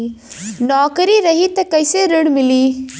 नौकरी रही त कैसे ऋण मिली?